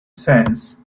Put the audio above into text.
sense